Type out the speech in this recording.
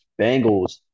Bengals